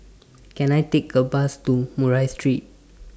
Can I Take A Bus to Murray Street